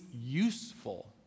useful